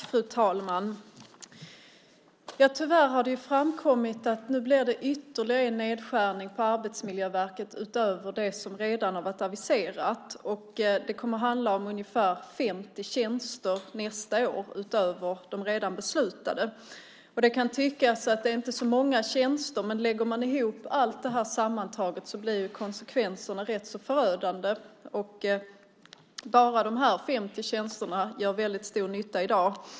Fru talman! Tyvärr har det framkommit att det nu blir ytterligare en nedskärning på Arbetsmiljöverket utöver vad som redan är aviserat. Det kommer att handla om ungefär 50 tjänster nästa år utöver de redan beslutade. Det kan tyckas att det inte är så många tjänster, men lägger man ihop allt det här blir konsekvenserna rätt så förödande. Bara de här 50 tjänsterna gör väldigt stor nytta i dag.